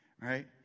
Right